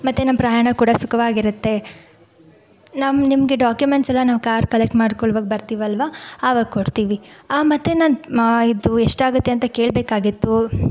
ಮತ್ತು ನಮ್ಮ ಪ್ರಯಾಣ ಕೂಡ ಸುಖವಾಗಿರತ್ತೆ ನಾವ್ ನಿಮಗೆ ಡಾಕ್ಯುಮೆಂಟ್ಸೆಲ್ಲ ನಾವು ಕಾರ್ ಕಲೆಕ್ಟ್ ಮಾಡಿಕೊಳ್ಳುವಾಗ ಬರ್ತೀವಲ್ವಾ ಆವಾಗ ಕೊಡ್ತೀವಿ ಮತ್ತು ನಾನು ಇದು ಎಷ್ಟಾಗತ್ತೆ ಅಂತ ಕೇಳಬೇಕಾಗಿತ್ತು